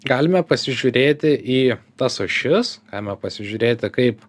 galime pasižiūrėti į tas ašis galime pasižiūrėti kaip